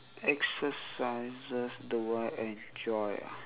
exercises do I enjoy ah